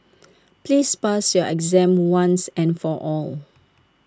please pass your exam once and for all